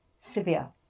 severe